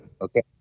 okay